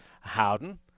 Howden